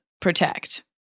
protect